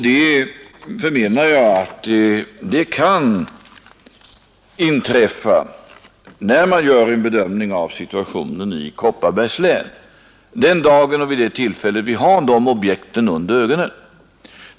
Jag anser att det kan inträffa, när man gör en bedömning av situationen i Kopparbergs län vid det tillfälle när vi har objekten under ögonen.